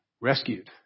rescued